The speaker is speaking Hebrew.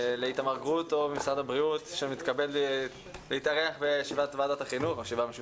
שלום לפרופסור איתמר גרוטו ממשרד הבריאות שמתכבד להתארח בישיבה המשותפת